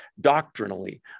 doctrinally